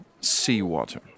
Seawater